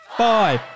five